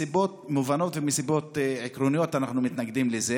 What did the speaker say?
מסיבות מובנות ומסיבות עקרוניות אנחנו מתנגדים לזה.